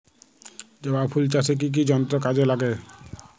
জবা ফুল চাষে কি কি যন্ত্র কাজে লাগে?